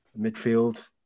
Midfield